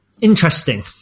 interesting